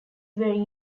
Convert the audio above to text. very